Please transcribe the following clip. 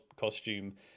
costume